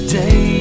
day